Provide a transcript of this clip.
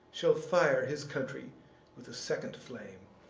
shall fire his country with a second flame.